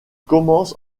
commence